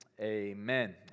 amen